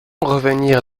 revenir